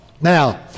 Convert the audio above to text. Now